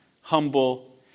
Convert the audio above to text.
humble